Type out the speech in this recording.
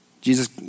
Jesus